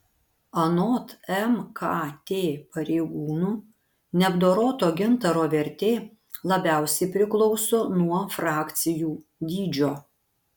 anot mkt pareigūnų neapdoroto gintaro vertė labiausiai priklauso nuo frakcijų dydžio